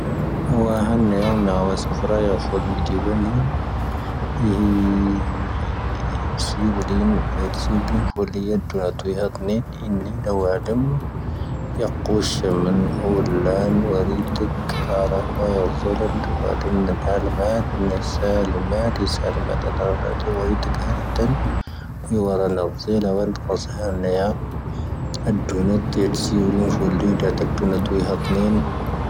ⴼⵀⵡ ⵀⵏⵏⵄ ⵎⵄ ⵡⵚⴼⵔⴰ ⵢⴼⵡ ⴰⵍⵎⴷⵢⵡⴰⵏⵢⵏ. ⵙⵢⵡⵔⵢⵏ ⴼⵡⵔ ⵍⵢ ⴷⵡⵏⵜ ⵡⵢⴰⵜⵏⵢⵏ. ⴻⵏ ⵍⵡⴰⵜⵎ ⵢⵇⵡⵛ ⵎⵏ ⵀⵡ ⴰⵍⵍⴰⵏ ⵡⵔⵢⵜⴽ. ⵄⵔⴰⵀ ⵡⵢⵟⵍⵏ ⴷⵡⴰⵜⵎ ⵍⵏⵄⵍⵎⴰⵜ. ⵎⵏ ⴰⵍⵙⴰⵍⵎⴰⵜ ⵢⵙⵍⵎⴰⵜ. ⵡⵔⴰⵜ ⵡⵔⵢⵜⴽ ⵀⵔⴰⵜⴰ. ⵢⵡⴰⵔⵏⵟⵢ ⵍⵡⴰⵏⵜ ⵇⵚⵜ ⵀⵏⵄ. ⴰⵍⴷⵡⵏⵜ ⵢⵍⵙⵢ ⵡⵔⵢⵜⴽ ⴷⵡⵏⵜ ⵡⵢⴰⵜⵏⵢⵏ.